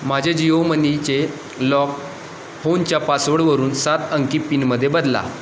माझे जिओ मनीचे लॉक फोनच्या पासवडवरून सात अंकी पिनमध्ये बदला